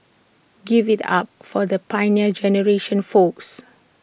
give IT up for the Pioneer Generation folks